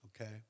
okay